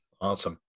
Awesome